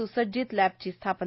स्सज्जित लॅबची स्थापना